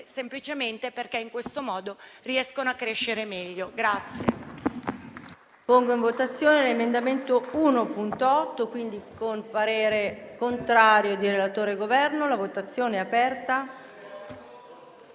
semplicemente perché in questo modo riescono a crescere meglio.